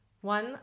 one